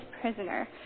prisoner